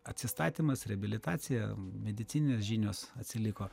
atsistatymas reabilitacija medicininės žinios atsiliko